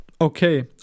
Okay